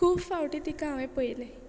खूब फावटीं तिका हांवें पयलें